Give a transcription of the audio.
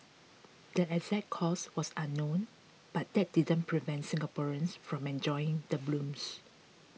the exact cause was unknown but that didn't prevent Singaporeans from enjoying the blooms